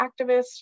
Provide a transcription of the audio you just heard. activists